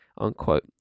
Unquote